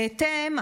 בהתאם,